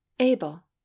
abel